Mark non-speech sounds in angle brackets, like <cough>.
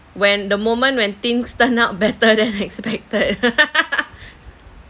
when the moment when things turned out better than expected <laughs>